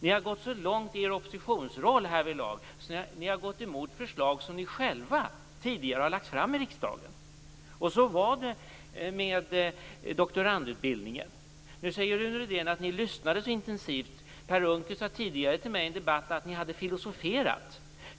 Ni har gått så långt i er oppositionsroll härvidlag att ni gått emot förslag som ni själva tidigare har lagt fram i riksdagen! Så var det med doktorandutbildningen. Nu säger Rune Rydén att ni lyssnade så intensivt. Per Unckel sade tidigare till mig i en debatt att ni hade "filosoferat".